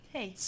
Hey